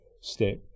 step